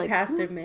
Pastor